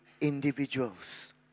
individuals